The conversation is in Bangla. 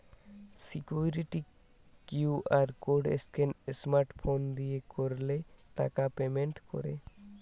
security QR code scan smart phone দিয়ে করলে টাকা পেমেন্ট করে